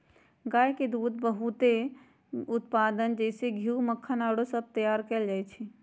गाय के दूध से बहुते उत्पाद जइसे घीउ, मक्खन आउरो सभ तइयार कएल जाइ छइ